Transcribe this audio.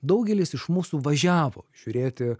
daugelis iš mūsų važiavo žiūrėti